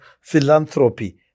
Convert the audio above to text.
philanthropy